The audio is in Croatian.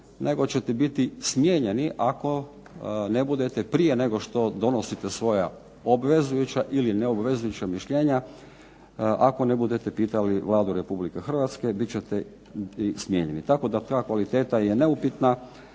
nego ćete biti smijenjeni ako ne budete prije nego što donosite svoja obvezujuća ili neobvezujuća mišljenja, ako ne budete pitali Vladu Republike Hrvatske bit ćete smijenjeni. Tako da ta kvaliteta je neupitna